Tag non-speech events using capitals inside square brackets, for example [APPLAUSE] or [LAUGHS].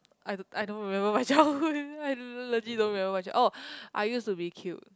I don't I don't remember my childhood [LAUGHS] I legit don't remember much oh I used to be cute